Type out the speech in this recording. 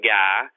guy